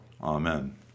Amen